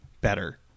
better